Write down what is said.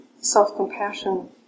self-compassion